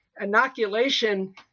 inoculation